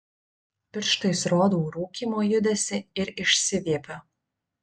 pirštais rodau rūkymo judesį ir išsiviepiu